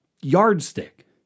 yardstick